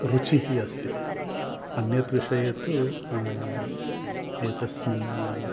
रुचिः अस्ति अन्यत् विषये तु एतस्मिन्